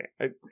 Okay